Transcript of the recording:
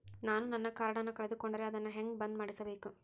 ನಾನು ನನ್ನ ಕಾರ್ಡನ್ನ ಕಳೆದುಕೊಂಡರೆ ಅದನ್ನ ಹೆಂಗ ಬಂದ್ ಮಾಡಿಸಬೇಕು?